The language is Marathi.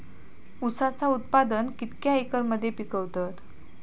ऊसाचा उत्पादन कितक्या एकर मध्ये पिकवतत?